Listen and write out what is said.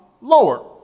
lower